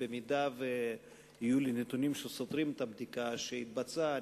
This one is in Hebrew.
ואם יהיו לי נתונים שסותרים את הבדיקה שהתבצעה,